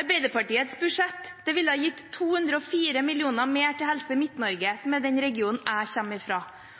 Arbeiderpartiets budsjett ville gitt 204 mill. kr mer til Helse Midt-Norge, til den regionen jeg